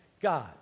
God